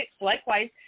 likewise